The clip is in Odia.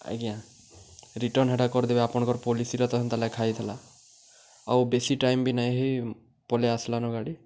ଆଜ୍ଞା ରିଟର୍ଣ୍ଣ୍ ହେଟା କରିଦେବେ ଆପଣ୍କର୍ ପଲିସିର ତ ହେନ୍ତା ଲେଖା ହେଇଥିଲା ଆଉ ବେଶୀ ଟାଇମ୍ ବି ନାଇଁ ହେଇ ପଲେଇ ଆସ୍ଲାନ ଗାଡ଼ି